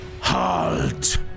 Halt